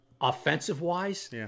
offensive-wise